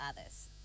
others